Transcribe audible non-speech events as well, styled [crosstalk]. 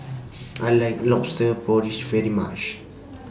[noise] I like Lobster Porridge very much